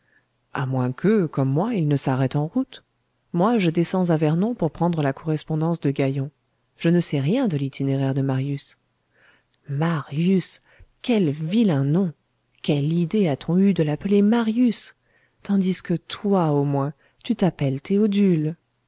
à moins que comme moi il ne s'arrête en route moi je descends à vernon pour prendre la correspondance de gaillon je ne sais rien de l'itinéraire de marius marius quel vilain nom quelle idée a-t-on eue de l'appeler marius tandis que toi au moins tu t'appelles théodule